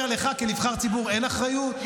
אני אומר לך, כנבחר ציבור, אין אחריות?